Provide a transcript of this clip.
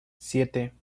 siete